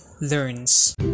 Learns